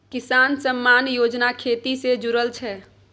किसान सम्मान योजना खेती से जुरल छै